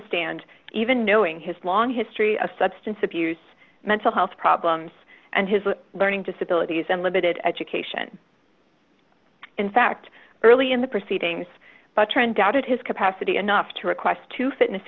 stand even knowing his long history of substance abuse mental health problems and his learning disability and limited education in fact early in the proceedings but trent doubted his capacity enough to request to fitness